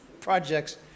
projects